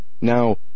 now